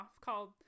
called